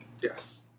Yes